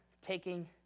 taking